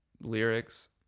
lyrics